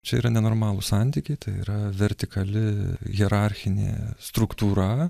čia yra nenormalūs santykiai tai yra vertikali hierarchinė struktūra